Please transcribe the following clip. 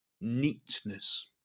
neatness